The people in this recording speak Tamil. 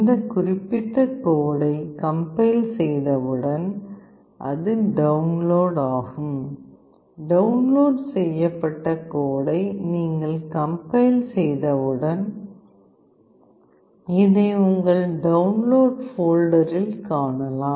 இந்த குறிப்பிட்ட கோடை கம்பைல் செய்தவுடன் அது டவுன்லோட் ஆகும் டவுன்லோட் செய்யப்பட்ட கோடை நீங்கள் கம்பைல் செய்தவுடன் இதை உங்கள் டவுன்லோட் போல்டரில் காணலாம்